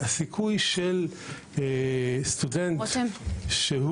סטודנט שהוא